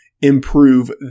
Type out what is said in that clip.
improve